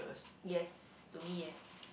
yes to me yes